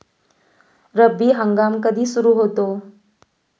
रब्बी हंगाम कधी सुरू होतो?